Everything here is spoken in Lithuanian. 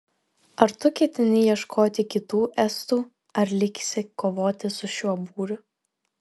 ar tu ketini ieškoti kitų estų ar liksi kovoti su šiuo būriu